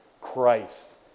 Christ